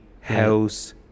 house